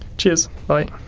cheers, bye!